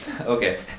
Okay